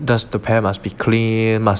just the pair must be clean must